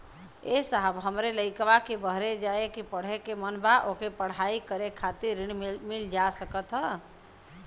ए साहब हमरे लईकवा के बहरे जाके पढ़े क मन बा ओके पढ़ाई करे खातिर ऋण मिल जा सकत ह?